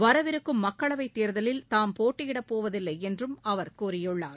வரவிருக்கும் மக்களவைத் தேர்தலில் தாம் போட்டியிடப்போவதில்லைஎன்றும் அவர் கூறியுள்ளார்